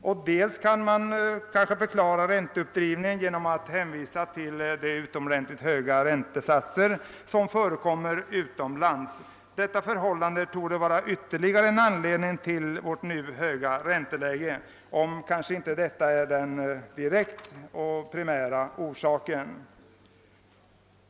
Vidare kan man kanske förklara ränteuppdrivningen genom att hänvisa till de utomordentligt höga räntesatser som förekommer utomlands — detta förhållande torde vara ytterligare en anledning till vårt nu höga ränteläge, även om det inte är den primära orsaken.